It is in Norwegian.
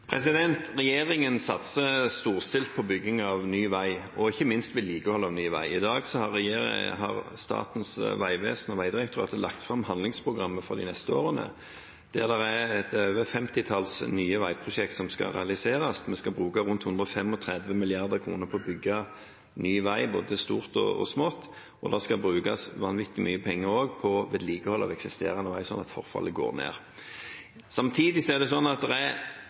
Regjeringen satser storstilt på bygging av ny vei og ikke minst på vedlikehold av ny vei. I dag har Statens vegvesen og Vegdirektoratet lagt fram handlingsprogrammet for de neste årene, der mer enn et femtitalls nye veiprosjekter skal realiseres. Vi skal bruke rundt 135 mrd. kr på å bygge ny vei, med både stort og smått, og det skal også brukes vanvittig mye penger på vedlikehold av eksisterende vei, slik at forfallet reduseres. Selv om det er mer penger enn noen gang før, er det viktig at